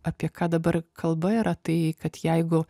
apie ką dabar kalba yra tai kad jeigu